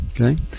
Okay